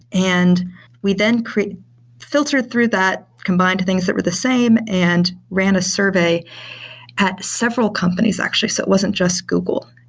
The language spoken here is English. and we then filtered through that, combined things that were the same and ran a survey at several companies actually. so it wasn't just google.